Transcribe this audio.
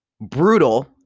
brutal